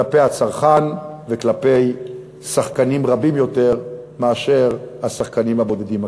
כלפי הצרכן וכלפי שחקנים רבים יותר מאשר השחקנים הבודדים הקיימים.